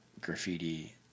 graffiti